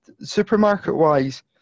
supermarket-wise